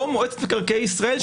או מועצת מקרקעי ישראל,